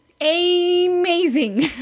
amazing